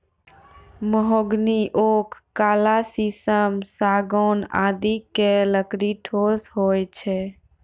mahogany, oak, काला शीशम, सागौन आदि के लकड़ी ठोस होय छै